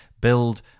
Build